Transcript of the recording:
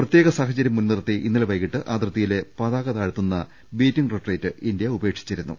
പ്രത്യേക സാഹചര്യം മുൻനിർത്തി ഇന്നലെ വൈകീട്ട് അതിർത്തിയിലെ പതാക താഴ്ത്തുന്ന ബീറ്റിംഗ് റിട്രീറ്റ് ഇന്ത്യ ഉപേക്ഷിച്ചിരുന്നു